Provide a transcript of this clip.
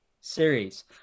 series